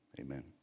amen